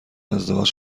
ازدواج